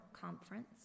conference